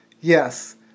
Yes